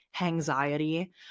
Anxiety